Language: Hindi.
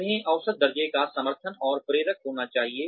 उन्हें औसत दर्जे का सार्थक और प्रेरक होना चाहिए